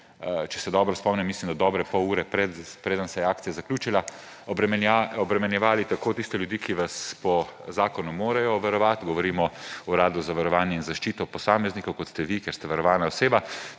če se dobro spomnim, mislim da, dobre pol ure preden se je akcija zaključila, obremenjevali tako tiste ljudi, ki vas po zakonu morajo varovati, govorimo o Uradu za varovanje in zaščito posameznikov, kot ste vi, ker ste varovana oseba,